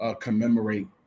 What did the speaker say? commemorate